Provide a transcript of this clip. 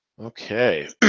Okay